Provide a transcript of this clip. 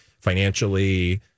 financially